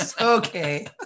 okay